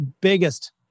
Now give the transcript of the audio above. biggest